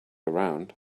around